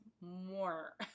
more